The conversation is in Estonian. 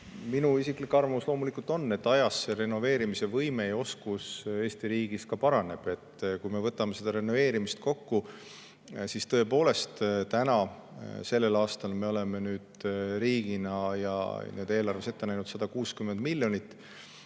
Minu isiklik arvamus loomulikult on, et ajas see renoveerimise võime ja oskus Eesti riigis paraneb. Kui me võtame renoveerimist kokku, siis tõepoolest sellel aastal me oleme riigina ja eelarves ette näinud 160 miljonit